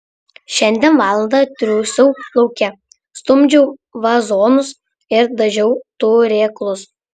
šiandien valandą triūsiau lauke stumdžiau vazonus ir dažiau turėklus